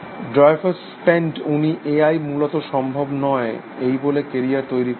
Dreyfus spent উনি A I মূলত সম্ভব নয় এই বলে কেরিয়ার তৈরি করেছেন